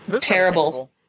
Terrible